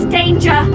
danger